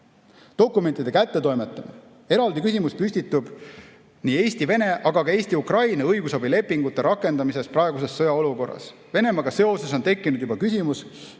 dokumentide kättetoimetamine. Eraldi küsimusi püstitab nii Eesti-Vene, aga ka Eesti-Ukraina õigusabilepingute rakendamine praeguses sõjaolukorras. Venemaaga seoses on tekkinud juba küsimus,